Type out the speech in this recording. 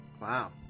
Wow